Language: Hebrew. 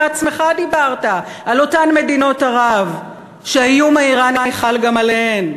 אתה עצמך דיברת על אותן מדינות ערב שהאיום האיראני חל גם עליהן.